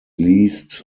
least